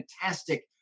fantastic